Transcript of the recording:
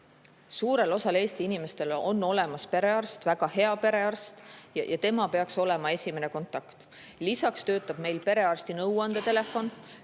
Suurel osal Eesti inimestel on olemas perearst, väga hea perearst, ja tema peaks olema esimene kontakt. Lisaks töötab meil perearsti nõuandetelefon,